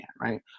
right